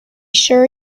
sure